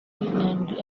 nyandwi